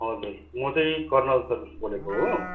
हजुर म चाहिँ कर्नल बोलेको हो